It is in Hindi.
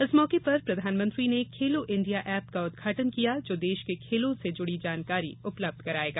इस मौके पर प्रधानमंत्री ने खेलो इण्डिया एप का उद्घाटन किया जो देश के खेलों से जुड़ी जानकारी उपलबध करायेगा